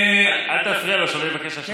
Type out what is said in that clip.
אל תפריע לו, שלא יבקש השלמה.